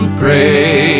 pray